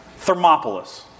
Thermopolis